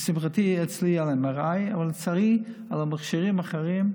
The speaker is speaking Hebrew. לשמחתי, על MRI, על המכשירים האחרים,